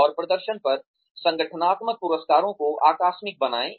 और प्रदर्शन पर संगठनात्मक पुरस्कारों को आकस्मिक बनाएं